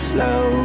Slow